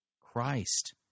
Christ